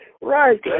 Right